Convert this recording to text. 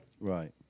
Right